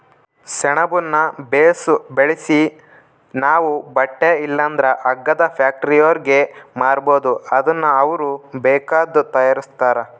ಸೆಣಬುನ್ನ ಬೇಸು ಬೆಳ್ಸಿ ನಾವು ಬಟ್ಟೆ ಇಲ್ಲಂದ್ರ ಹಗ್ಗದ ಫ್ಯಾಕ್ಟರಿಯೋರ್ಗೆ ಮಾರ್ಬೋದು ಅದುನ್ನ ಅವ್ರು ಬೇಕಾದ್ದು ತಯಾರಿಸ್ತಾರ